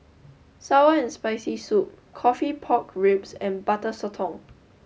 Sour and Spicy Soup Coffee Pork Ribs and Butter Sotong